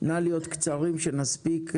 נא להיות קצרים שנספיק רבים.